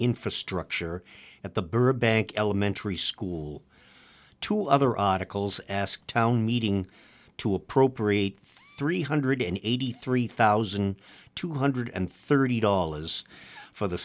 infrastructure at the burbank elementary school to other articles ask town meeting to appropriate three hundred eighty three thousand two hundred and thirty dollars for the